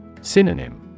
Synonym